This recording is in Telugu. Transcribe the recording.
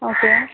ఓకే